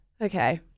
Okay